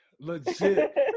legit